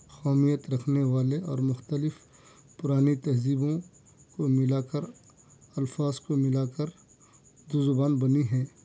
قومیت رکھنے والے اور مختلف پُرانی تہذیبوں کو ملا کر الفاظ کو ملا کر دو زبان بنی ہے